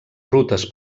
rutes